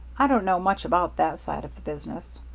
i don't know much about that side of the business.